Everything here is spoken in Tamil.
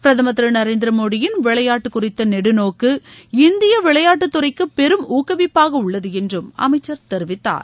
பிரதமா் திரு நரேந்திர மோடியின் விளையாட்டு குறித்த நெடுநோக்கு இந்திய விளையாட்டு துறைக்கு பெரும் ஊக்குவிப்பாக உள்ளது என்றும் அமைச்சர் தெரிவித்தார்